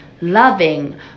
loving